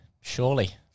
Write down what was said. surely